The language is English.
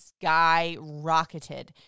skyrocketed